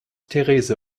therese